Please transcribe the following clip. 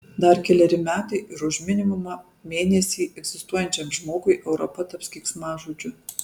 dar keleri metai ir už minimumą mėnesį egzistuojančiam žmogui europa taps keiksmažodžiu